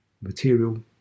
material